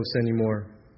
anymore